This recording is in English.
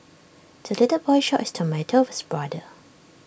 the little boy shared his tomato with brother